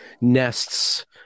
nests